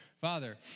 Father